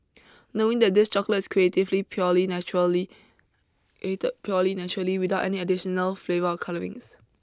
knowing that this chocolate is creatively purely naturally created purely naturally without any additional flavour colourings